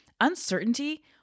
uncertainty